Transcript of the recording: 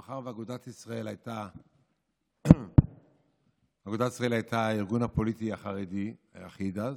מאחר שאגודת ישראל הייתה הארגון הפוליטי החרדי היחיד,